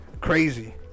crazy